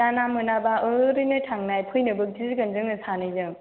दा ना मोनाबा ओरैनो थांनाय फैनोबो गिगोन जोङो सानैजों